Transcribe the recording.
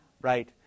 right